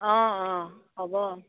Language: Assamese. অ' অ' হ'ব